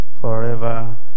forever